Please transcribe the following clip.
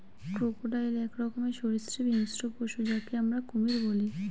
crocodile এক রকমের সরীসৃপ হিংস্র পশু যাকে আমরা কুমির বলি